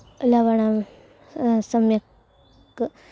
लवणं सम्यक्